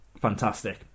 fantastic